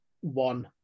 One